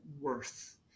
worth